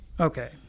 okay